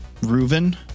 Reuven